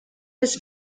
his